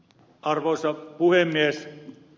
arvoisa puhemies